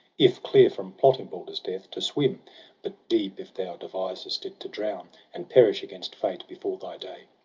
if clear from plotting balder's death, to swim but deep, if thou d visedst it, to drown. and perish, against fate, before thy day